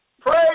Praise